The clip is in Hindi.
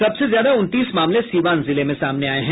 सबसे ज्यादा उनतीस मामले सीवान जिले में सामने आये हैं